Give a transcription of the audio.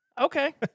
Okay